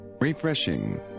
Refreshing